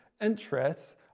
interests